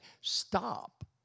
Stop